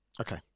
Okay